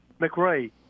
McRae